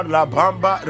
Labamba